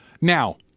Now